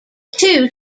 two